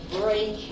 break